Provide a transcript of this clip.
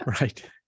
right